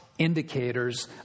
indicators